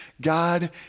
God